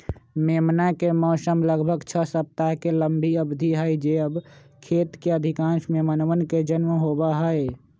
मेमना के मौसम लगभग छह सप्ताह के लंबी अवधि हई जब खेत के अधिकांश मेमनवन के जन्म होबा हई